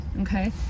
okay